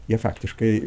jie faktiškai